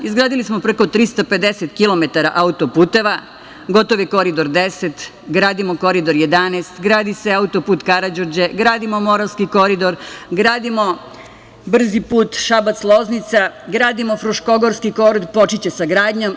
Izgradili smo preko 350 kilometara autoputeva, gotov je Koridor 10, gradimo Koridor 11, gradi se auto-put „Karađorđe“, gradimo Moravski koridor, gradimo brzi put Šabac – Loznica, gradimo Fruškogorski koridor, počeće sa gradnjom.